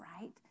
Right